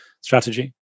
strategy